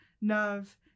nerve